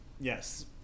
yes